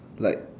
like